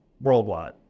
worldwide